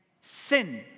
sin